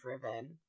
driven